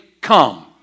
Come